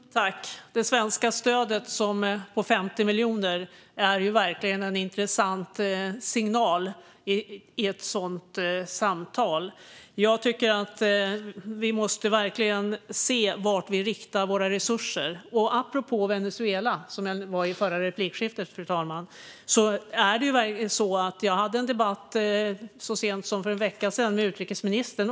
Fru talman! Det svenska stödet på 50 miljoner kronor är verkligen en intressant signal i ett sådant samtal. Jag tycker att vi verkligen måste se vart vi riktar våra resurser. Apropå Venezuela, som togs upp i det förra replikskiftet, hade jag en debatt så sent som för en vecka sedan med utrikesministern.